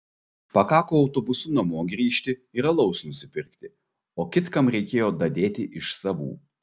pakako autobusu namo grįžti ir alaus nusipirkti o kitkam reikėjo dadėti iš savų